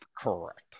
Correct